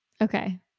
Okay